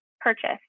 purchase